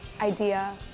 idea